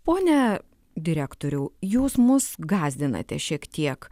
pone direktoriau jūs mus gąsdinate šiek tiek